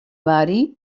bari